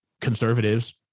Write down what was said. conservatives